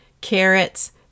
carrots